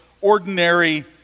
ordinary